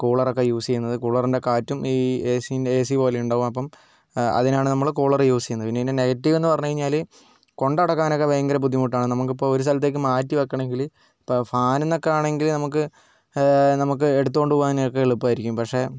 cooler ഒക്കെ use ചെയ്യുന്നത് കൂളറിന്റെ കാറ്റും ഈ എ സിൻ്റെ എ സി പോലെ ഉണ്ടാവും അപ്പം അതിനാണ് നമ്മൾ കൂളർ യൂസ് ചെയ്യുന്നത് പിന്നെ ഇതിൻ്റെ നെഗറ്റീവ് എന്ന് പറഞ്ഞുകഴിഞ്ഞാൽ കൊണ്ടു നടക്കാനൊക്കെ ഭയങ്കര ബുദ്ധിമുട്ടാണ് നമുക്കിപ്പോൾ ഒരു സ്ഥലത്തേക്ക് മാറ്റി വയ്ക്കണമെങ്കിൽ ഇപ്പോൾ ഫാൻ ഒക്കെ ആണെങ്കിൽ നമുക്ക് നമുക്ക് എടുത്തുകൊണ്ട് പോകാനൊക്കെ എളുപ്പമായിരിക്കും പക്ഷേ